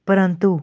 ਪਰੰਤੂ